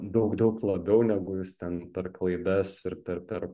daug daug labiau negu jūs ten per klaidas ir per per